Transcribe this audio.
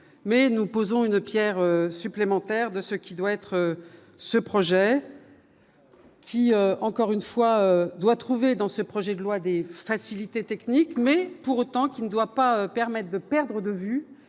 mais nous posons une Pierre supplémentaire de ce qui doit être ce projet. Si encore une fois, doit trouver dans ce projet de loi des facilités techniques mais, pour autant qu'il ne doit pas permettent de perdre de vue